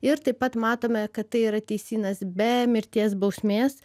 ir taip pat matome kad tai yra teisynas be mirties bausmės